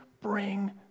bring